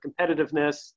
competitiveness